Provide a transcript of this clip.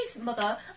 mother